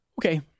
Okay